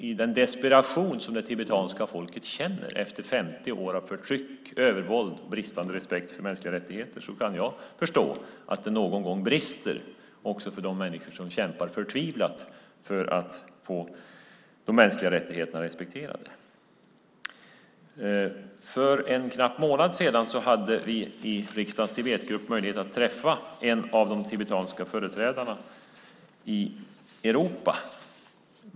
I den desperation som det tibetanska folket känner efter 50 år av förtryck, övervåld och bristande respekt för mänskliga rättigheter kan jag förstå att det någon gång brister också för de människor som kämpar förtvivlat för att få de mänskliga rättigheterna respekterade. För en knapp månad sedan hade vi i riksdagens Tibetgrupp möjlighet att träffa en av de tibetanska företrädarna i Europa.